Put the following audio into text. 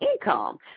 income